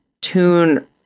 tune